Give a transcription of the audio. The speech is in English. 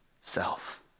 self